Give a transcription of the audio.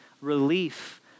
relief